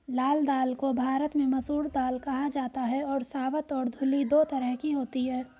लाल दाल को भारत में मसूर दाल कहा जाता है और साबूत और धुली दो तरह की होती है